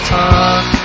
talk